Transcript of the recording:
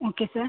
okay sir